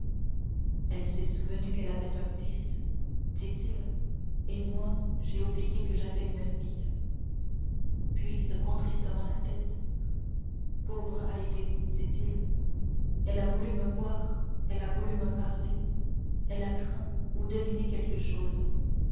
elle s'est souvenue qu'elle avait un fils dit-il et moi j'ai oublié que j'avais une fille puis secouant tristement la tête pauvre haydée dit-elle elle a voulu me voir elle a voulu me parler elle a craint ou deviné quelque chose